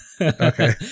Okay